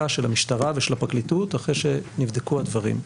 של המשטרה ושל הפרקליטות אחרי שנבדקו הדברים.